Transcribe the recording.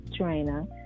trainer